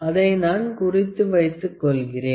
அதை நான் குறித்து வைத்துக் கொள்கிறேன்